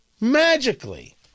magically